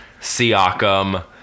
Siakam